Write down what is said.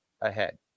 ahead